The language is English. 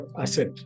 asset